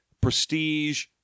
prestige